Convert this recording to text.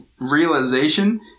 realization